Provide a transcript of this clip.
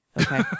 Okay